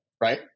right